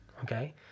Okay